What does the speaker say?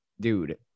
Dude